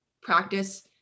practice